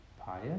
pious